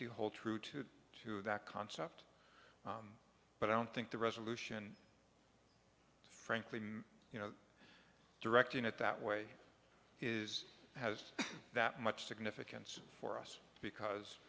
to hold true to to that concept but i don't think the resolution frankly you know directing it that way is has that much significance for us because